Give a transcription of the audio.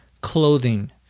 clothing